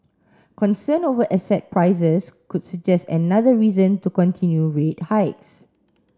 concern over asset prices could suggest another reason to continue rate hikes